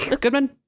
Goodman